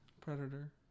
predator